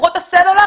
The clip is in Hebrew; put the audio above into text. חברות הסלולר,